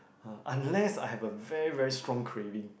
uh unless I have a very very strong craving